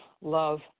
love